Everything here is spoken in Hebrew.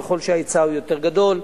ככל שההיצע יותר גדול,